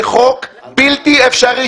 זה חוק בלתי אפשרי.